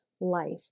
life